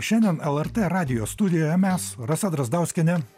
šiandien lrt radijo studijoje mes rasa drazdauskienė